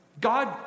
God